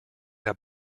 der